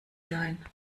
sein